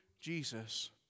Jesus